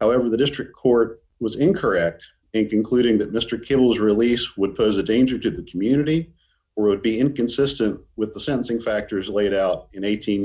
however the district court was incorrect in concluding that mr kimball's release would pose a danger to the community or would be inconsistent with the sentencing factors laid out in eighteen